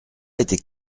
était